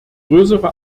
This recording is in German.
größere